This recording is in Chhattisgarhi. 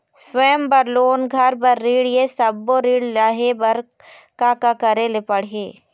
स्वयं बर लोन, घर बर ऋण, ये सब्बो ऋण लहे बर का का करे ले पड़ही?